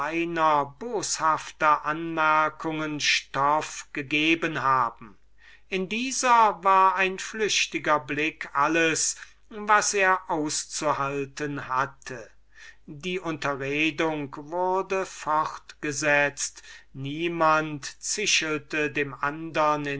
spöttischen anmerkungen stoff gegeben haben allein in dieser war ein flüchtiger blick alles was er auszuhalten hatte die unterredung wurde fortgesetzt niemand zischelte dem andern